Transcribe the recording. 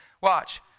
Watch